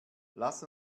lass